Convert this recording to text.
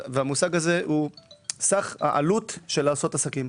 והמושג הזה הוא סך העלות של לעשות עסקים.